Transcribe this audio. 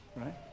right